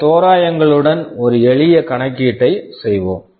சில தோராயங்களுடன் ஒரு எளிய கணக்கீட்டை செய்வோம்